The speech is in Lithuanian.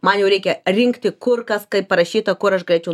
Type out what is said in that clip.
man jau reikia rinkti kur kas kaip parašyta kur aš galėčiau